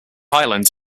island